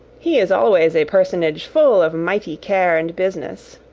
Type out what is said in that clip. he is always a personage full of mighty care and business,